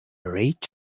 reached